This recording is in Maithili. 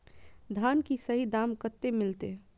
धान की सही दाम कते मिलते?